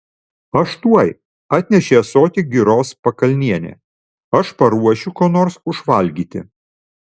aš tuoj atnešė ąsotį giros pakalnienė aš paruošiu ko nors užvalgyti